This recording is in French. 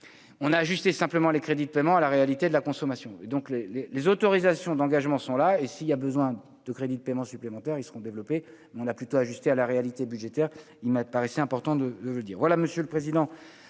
on a ajusté simplement les crédits de paiement à la réalité de la consommation et donc les, les, les autorisations d'engagement sont là et s'il y a besoin de crédits de paiement supplémentaires seront développés, mais on a plutôt ajuster à la réalité budgétaire, il me paraissait important de le dire